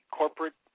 corporate